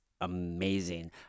amazing